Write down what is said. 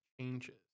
changes